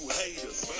haters